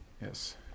Yes